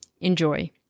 enjoy